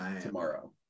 tomorrow